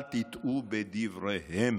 אל תטעו בדבריהם